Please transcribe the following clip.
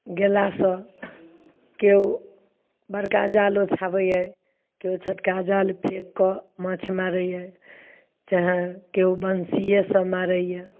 गेलासँ केओ बड़का जाल ओछाबै यऽ केओ छोटका जाल फेक कऽ माँछ मारैए चाहे केओ बंसीयेसँ मारैए